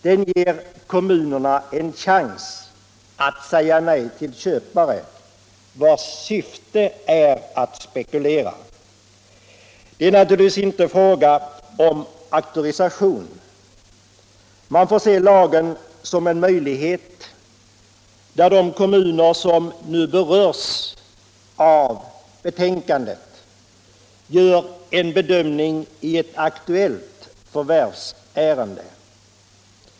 Den ger kommunerna en chans att säga nej till köpare, vars syfte är att spekulera. Naturligtvis är det här inte fråga om auktorisation. Man får se lagen som en möjlighet, där de kommuner som nu berörs av betänkandet gör en bedömning i ett aktuellt förvärvsärende.